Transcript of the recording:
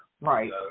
Right